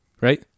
right